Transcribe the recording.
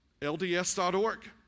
lds.org